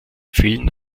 fielen